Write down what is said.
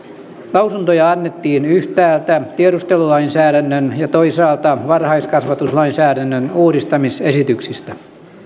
lausuntoja annettiin yhtäältä tiedustelulainsäädännön ja toisaalta varhaiskasvatuslainsäädännön uudistamisesityksistä